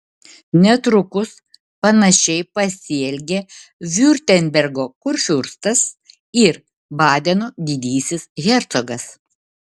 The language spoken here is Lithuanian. netrukus panašiai pasielgė viurtembergo kurfiurstas ir badeno didysis hercogas